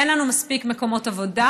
אין לנו מספיק מקומות עבודה,